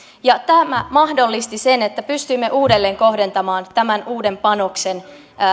tämä mahdollisti sen että pystyimme uudelleen kohdentamaan tämän uuden panoksen